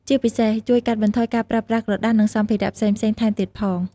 ជាពិសេស ជួយកាត់បន្ថយការប្រើប្រាស់ក្រដាសនិងសម្ភារៈផ្សេងៗ ថែមទៀតផង។